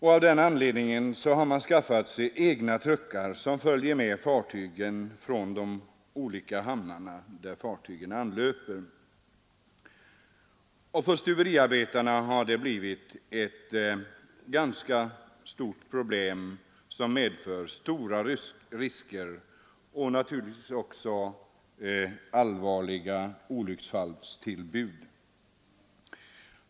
Av den anledningen har man skaffat sig egna truckar som följer med fartygen till de olika hamnar som fartygen anlöper. För stuveriarbetarna har det medfört stora risker och allvarliga olyckstillbud.